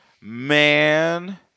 Man